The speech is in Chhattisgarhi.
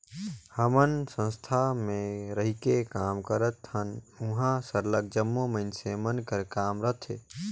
हमन संस्था में रहिके काम करथन उहाँ सरलग जम्मो मइनसे मन कर काम रहथे